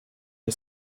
her